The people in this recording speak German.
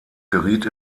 geriet